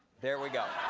there we go.